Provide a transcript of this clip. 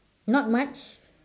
not much